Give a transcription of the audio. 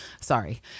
sorry